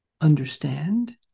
understand